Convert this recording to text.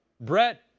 Brett